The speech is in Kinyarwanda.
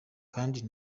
kandi